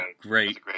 great